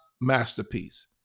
masterpiece